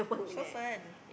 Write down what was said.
so fun